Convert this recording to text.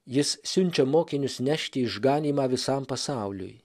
jis siunčia mokinius nešti išganymą visam pasauliui